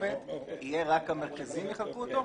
המשותפת רק המרכזים יחלקו אותו?